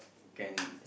can